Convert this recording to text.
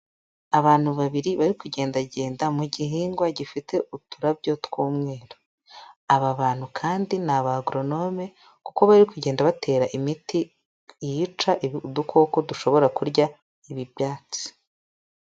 Abantu babiri bari kugendagenda mu gihingwa gifite uturabyo tw'umweru, aba bantu kandi ni abagoronome kuko bari kugenda batera imiti yica udukoko dushobora kurya ibi byatsi.